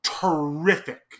terrific